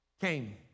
came